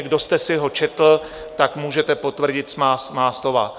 Kdo jste si ho četl, tak můžete potvrdit má slova.